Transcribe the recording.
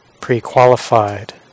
pre-qualified